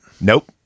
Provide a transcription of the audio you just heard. Nope